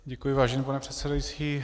Děkuji, vážený pane předsedající.